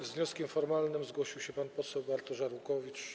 Z wnioskiem formalnym zgłosił się pan poseł Bartosz Arłukowicz.